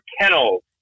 kennels